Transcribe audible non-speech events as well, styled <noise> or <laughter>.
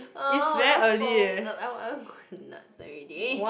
<noise> I will I will going nuts already